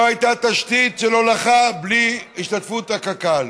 הייתה תשתית של הולכה בלי השתתפות קק"ל.